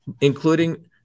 including